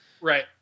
Right